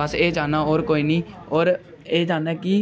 बस एह् चाहन्नां और कोई नेईं और एह् चाहन्नां कि